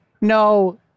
No